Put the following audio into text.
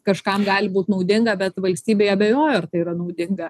kažkam gali būt naudinga bet valstybei abejoju ar tai yra naudinga